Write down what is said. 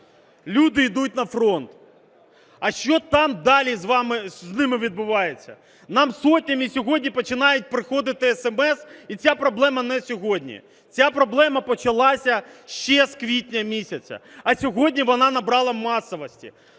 люди йдуть на фронт. А що там далі з ними відбувається? Нам сотнями починають приходити есемес, і ця проблема не сьогодні, ця проблема почалася ще з квітня місяця, а сьогодні вона набрала масовості.